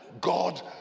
God